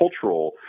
cultural